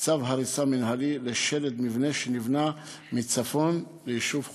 צו הריסה מנהלי לשלד מבנה שנבנה מצפון ליישוב חורפיש.